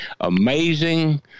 amazing